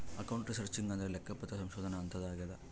account researching ಅಂದ್ರೆ ಲೆಕ್ಕಪತ್ರ ಸಂಶೋಧನೆ ಅಂತಾರ ಆಗ್ಯದ